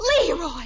Leroy